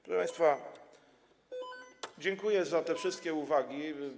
Proszę państwa, dziękuję za te wszystkie uwagi.